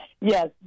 Yes